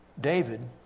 David